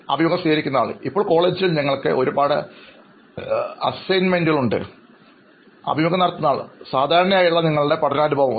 അഭിമുഖം സ്വീകരിക്കുന്നയാൾ ഇപ്പോൾ കോളേജിൽ ഞങ്ങൾക്ക് ഒരുപാട് അസൈൻമെൻറ് കളുണ്ട് അഭിമുഖം നടത്തുന്നയാൾ സാധാരണയായുള്ള നിങ്ങളുടെ പഠനാനുഭവങ്ങൾ പറയാമോ